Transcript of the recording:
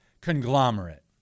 conglomerate